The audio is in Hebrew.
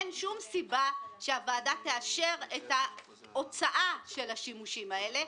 אין שום סיבה שהוועדה תאשר את ההוצאה של השימושים האלה.